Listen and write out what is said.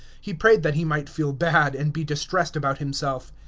he prayed that he might feel bad, and be distressed about himself.